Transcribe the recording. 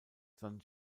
san